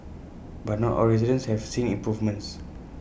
but not all residents have seen improvements